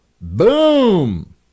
Boom